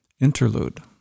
Interlude